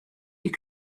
you